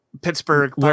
Pittsburgh